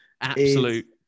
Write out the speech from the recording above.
Absolute